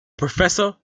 professor